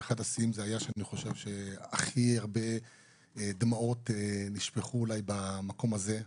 ואחד השיאים הוא שהכי הרבה דמעות נשפכו במקום הזה,